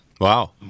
wow